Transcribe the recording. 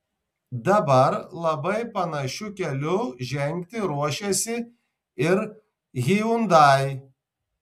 dabar labai panašiu keliu žengti ruošiasi ir hyundai